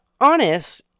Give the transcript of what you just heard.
honest